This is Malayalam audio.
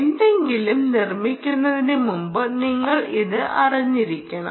എന്തെങ്കിലും നിർമ്മിക്കുന്നതിന് മുമ്പ് നിങ്ങൾ ഇത് അറിഞ്ഞിരിക്കണം